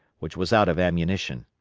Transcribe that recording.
which was out of ammunition.